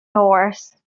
horse